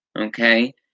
Okay